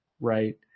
right